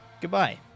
Goodbye